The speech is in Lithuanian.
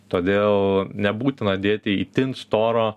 todėl nebūtina dėti itin storo